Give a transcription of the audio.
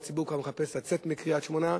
הציבור כבר מחפש לצאת מקריית-שמונה.